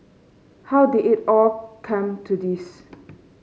how did it all come to this